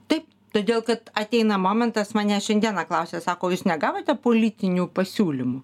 taip todėl kad ateina momentas mane šiandieną klausia sako o jūs negavote politinių pasiūlymų